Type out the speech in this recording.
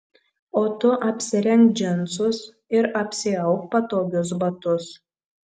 o tu apsirenk džinsus ir apsiauk patogius batus